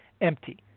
empty